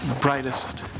brightest